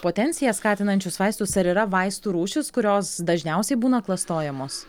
potenciją skatinančius vaistus ar yra vaistų rūšis kurios dažniausiai būna klastojamos